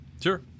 Sure